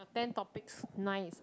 ten topics nine is